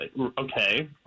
Okay